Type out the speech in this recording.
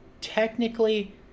technically